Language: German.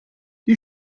die